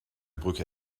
brücke